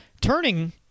turning